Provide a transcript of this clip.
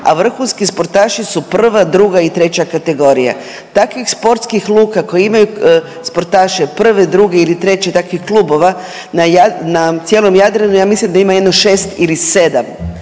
a vrhunski sportaši su prva, druga i treća kategorija. Takvih sportskih luka koja imaju sportaši prve, druge ili treće takvih klubova na cijelom Jadranu ja mislim da ima jedno šest ili sedam,